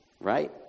right